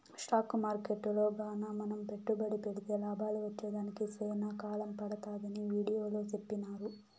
stock మార్కెట్టులో గాన మనం పెట్టుబడి పెడితే లాభాలు వచ్చేదానికి సేనా కాలం పడతాదని వీడియోలో సెప్పినారు